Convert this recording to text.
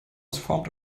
formed